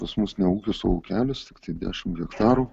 pas mus ne ūkis o ūkelis tiktai dešimt hektarų